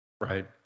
Right